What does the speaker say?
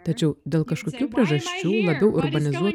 tačiau dėl kažkokių priežasčių labiau urbanizuotoj